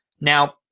Now